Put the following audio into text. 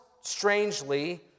strangely